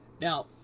Now